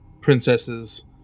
princesses